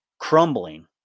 crumbling